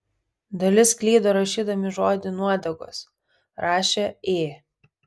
dalis klydo rašydami žodį nuodegos rašė ė